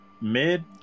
mid